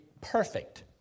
perfect